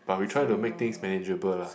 but we try to make things manageable lah